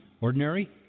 ordinary